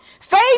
Faith